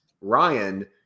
Ryan